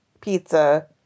pizza